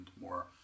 more